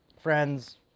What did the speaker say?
friends